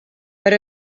per